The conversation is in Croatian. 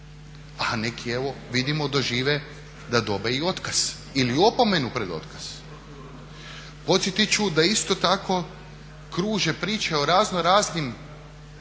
a neki evo vidimo dožive da dobe i otkaz ili opomenu pred otkaz. Podsjetiti ću da isto tako pruže priče o razno raznim